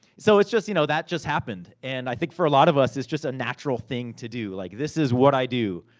so, it's just, you know, that just happened. and, i think for a lot of us, it's just a natural thing to do. like this is what i do.